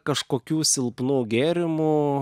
kažkokių silpnų gėrimų